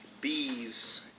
bees